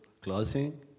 clothing